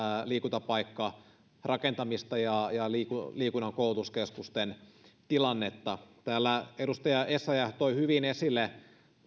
liikuntapaikkarakentamista ja liikunnan liikunnan koulutuskeskusten tilannetta täällä edustaja essayah toi hyvin esille